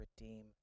redeem